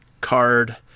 card